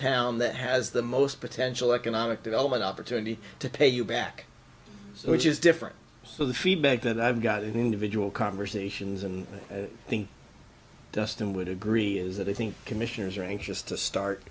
town that has the most potential economic development opportunity to pay you back which is different to the feedback that i've got in individual conversations and i think dustin would agree is that i think commissioners are anxious to